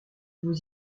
vous